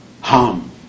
harm